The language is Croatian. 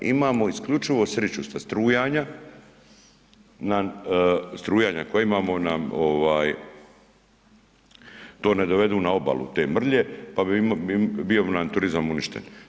Imamo isključivo sreću sa strujanje nam, strujanja koja imamo nam to ne dovedu na obalu, te mrlje, pa bi, bio nam turizam uništen.